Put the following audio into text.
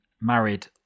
married